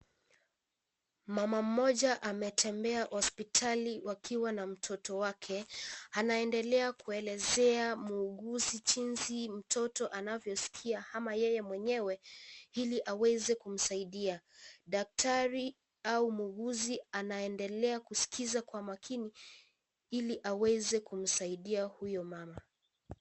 Mama mmoja ametembea hospitali wakiwa na mtoto wake. Anaendelea kuelezea muuguzi jinsi mtoto anavyosikia ama yeye mwenyewe ili aweze kumsaidia. Daktari au muuguzi anaendelea kusikiza kwa makini ili aweze kumsaidia huyo mama.